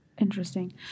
Interesting